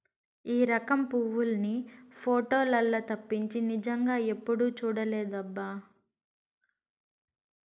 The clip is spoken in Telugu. ఈ రకం పువ్వుల్ని పోటోలల్లో తప్పించి నిజంగా ఎప్పుడూ చూడలేదబ్బా